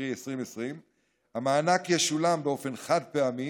קרי 2020. המענק ישולם באופן חד-פעמי,